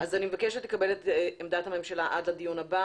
מבקשת לקבל את עמדת הממשלה עד לדיון הבא